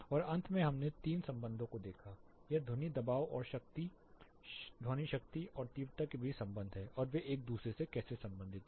और अंत में हमने तीन संबंधों को देखा यह ध्वनि दबाव और शक्ति ध्वनि शक्ति और तीव्रता के बीच संबंध है और वे एक दूसरे से कैसे संबंधित हैं